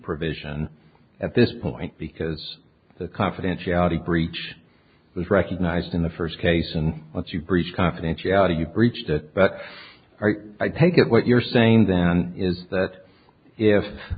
provision at this point because the confidentiality breach was recognized in the first case and once you breach confidentiality you breach that but i take it what you're saying then is that if